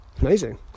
Amazing